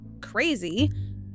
crazy